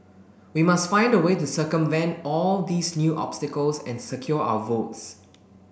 we must find a way to circumvent all these new obstacles and secure our votes